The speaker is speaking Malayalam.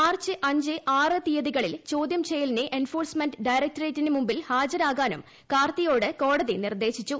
മാർച്ച് അഞ്ച് ആറ് തീയതികളിൽ ചോദ്യംചെയ്യലിന് എൻഫോഴ്സ്മെന്റ് ഡയറക്ടറേറ്റിന് മുമ്പിൽ ഹാജരാകാനും കാർത്തിയോട് കോടതി നിർദ്ദേശിച്ചു